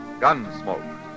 Gunsmoke